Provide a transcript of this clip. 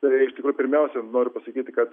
tai iš tikrųjų pirmiausia noriu pasakyti kad